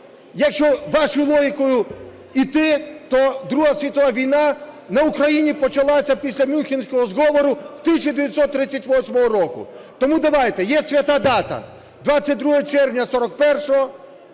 Якщо вашою логікою йти, то Друга світова війна на Україні почалася після Мюнхенського зговору в 1938 року. Тому давайте, є свята дата: 22 червня 41-го